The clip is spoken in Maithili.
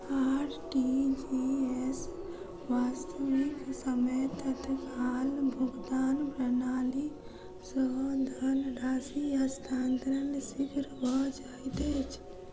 आर.टी.जी.एस, वास्तविक समय तत्काल भुगतान प्रणाली, सॅ धन राशि हस्तांतरण शीघ्र भ जाइत अछि